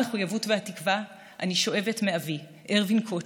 המחויבות והתקווה אני שואבת מאבי ארוין קוטלר,